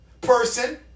person